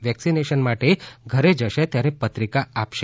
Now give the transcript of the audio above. vaccination માટે ઘરે જશે ત્યારે પત્રિકા આપશે